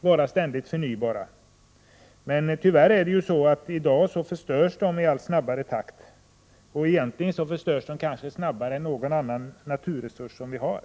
vara ständigt förnybara. Men tyvärr förstörs de i dag i allt snabbare takt. Egentligen förstörs de kanske snabbare än någon annan naturresurs som vi har.